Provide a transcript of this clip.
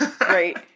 Right